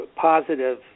positive